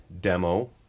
demo